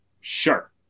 sure